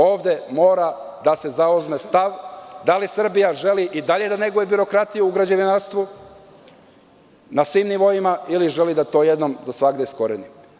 Ovde mora da se zauzme stav da li Srbija želi i dalje da neguje birokratiju u građe-vinarstvu, na svim nivoima, ili želi da to jednom za svagda iskoreni.